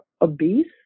obese